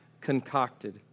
concocted